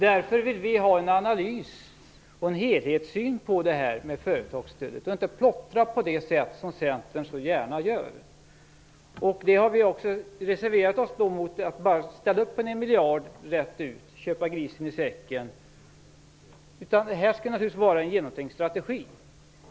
Därför vill vi ha en analys, en helhetssyn på företagsstödet i stället för att man plottrar, på det sätt som Centern gärna gör. Vi har reserverat oss mot att man anslår en miljard rätt ut och köper grisen i säcken. Det skall vara en genomtänkt strategi.